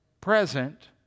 present